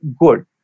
good